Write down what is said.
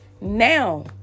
now